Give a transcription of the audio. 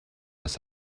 was